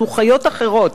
אנחנו חיות אחרות,